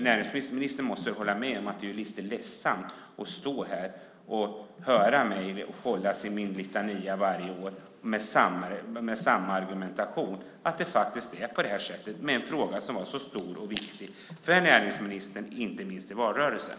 Näringsministern måste hålla med om att det är lite ledsamt att behöva höra mig här varje år med samma argumentation i en fråga som var så stor och viktig för näringsministern, inte minst i valrörelsen.